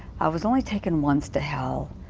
i was only taken once to hell.